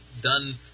done